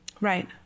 Right